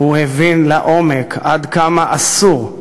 הוא הבין לעומק עד כמה אסור,